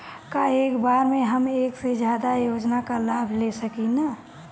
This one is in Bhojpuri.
का एक बार में हम एक से ज्यादा योजना का लाभ ले सकेनी?